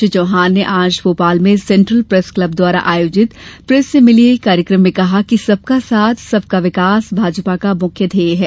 श्री चौहान ने आज भोपाल में सेंट्रल प्रेस क्लब द्वारा आयोजित प्रेस से मिलिए कार्यक्रम में कहा कि सबका साथ और सबका विकास भाजपा का मुख्य ध्येय है